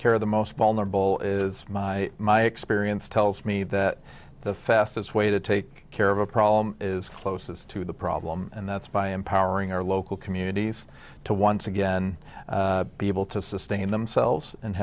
care of the most vulnerable is my my experience tells me that the fastest way to take care of a problem is closest to the problem and that's by empowering our local communities to once again be able to sustain themselves and